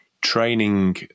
training